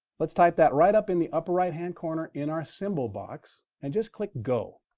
let's type that right up in the upper right-hand corner in our symbol box, and just click go.